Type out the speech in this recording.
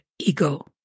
ego